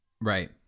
Right